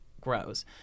grows